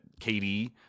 KD